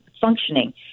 functioning